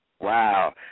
Wow